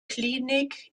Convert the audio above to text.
klinik